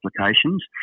applications